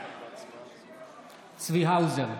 בעד צבי האוזר,